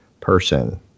person